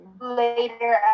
later